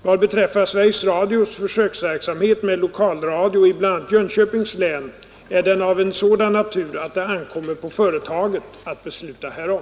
Vad beträffar Sveriges Radios försöksverksamhet med lokalradio i bl.a. Jönköpings län är den av en sådan natur att det ankommer på företaget att besluta härom.